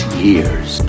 years